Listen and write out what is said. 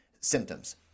symptoms